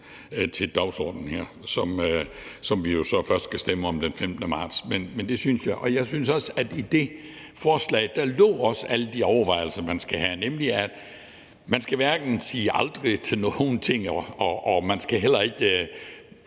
til vedtagelse her, som vi jo så først skal stemme om den 15. marts – men det synes jeg. Jeg synes også, at der i det forslag til vedtagelse lå alle de overvejelser, man skal have, nemlig at man hverken skal sige »aldrig« til nogle ting eller give